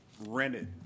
rented